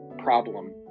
Problem